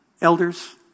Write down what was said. Elders